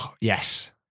Yes